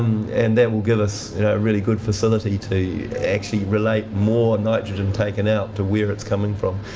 and that will give us a really good facility to actually relate more nitrogen taken out to where its coming from.